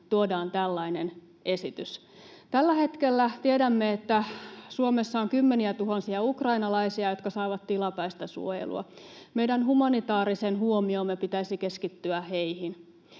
tuodaan tällainen esitys. Tällä hetkellä tiedämme, että Suomessa on kymmeniätuhansia ukrainalaisia, jotka saavat tilapäistä suojelua. Meidän humanitaarisen huomiomme pitäisi keskittyä heihin.